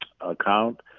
account